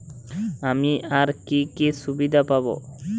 আমি আর কি কি সুবিধা পাব?